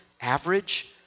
average